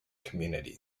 community